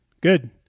Good